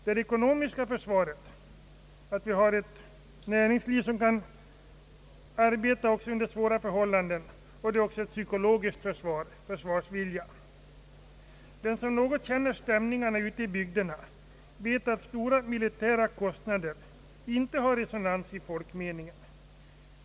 Det ekonomiska försvaret avser att vi skall få ett näringsliv som kan arbeta också under svåra förhållanden. Vi har också ett psykologiskt försvar som gäller försvarsviljan. Den som något känner stämningarna i bygderna vet att stora militära kostnader inte har resonans i folkmeningen.